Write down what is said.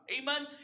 Amen